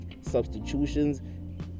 substitutions